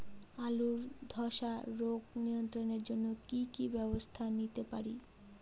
আলুর ধ্বসা রোগ নিয়ন্ত্রণের জন্য কি কি ব্যবস্থা নিতে পারি?